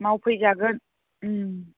मावफैजागोन